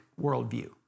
worldview